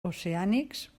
oceànics